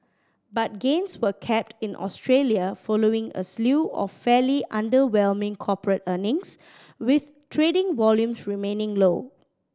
but gains were capped in Australia following a slew of fairly underwhelming corporate earnings with trading volumes remaining low